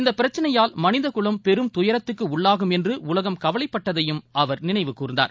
இந்தபிரச்சினையால் மனிதகுவம் பெரும் துயரத்துக்குஉள்ளாகும் என்றுஉலகம் கவலைப்பட்டதையும் அவர் நினைவு கூர்ந்தார்